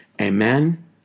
Amen